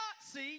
see